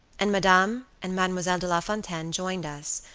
and madame, and mademoiselle de lafontaine, joined us,